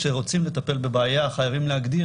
כשרוצים לטפל בבעיה חייבים להגדיר,